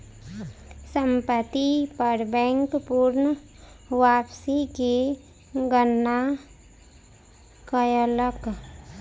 संपत्ति पर बैंक पूर्ण वापसी के गणना कयलक